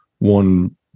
one